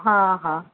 हां हां